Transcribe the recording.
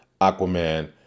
Aquaman